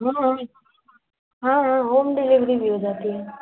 हाँ हाँ हाँ हाँ होम डिलीवरी भी हो जाती है